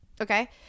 Okay